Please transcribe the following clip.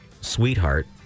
sweetheart